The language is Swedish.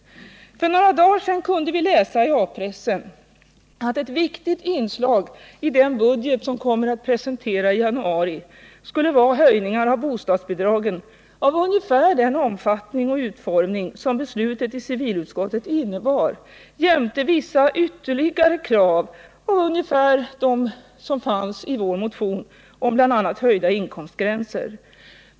För några dagar sedan kunde vi läsa i A-pressen att ett viktigt inslag i den budget som kommer att presenteras i januari skulle vara höjningar av bostadsbidragen av ungefär den utformning och omfattning som beslutet i civilutskottet innebar jämte tillmötesgående av vissa ytterligare krav i vår motion, bl.a. om höjda inkomstgränser.